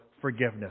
forgiveness